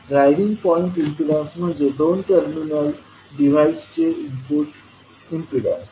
driving point impedance म्हणजे दोन terminal डिव्हाइसचे इनपुट इम्पीडन्स